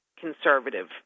conservative